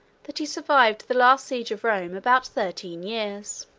that he survived the last siege of rome about thirteen years.